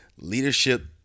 leadership